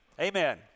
Amen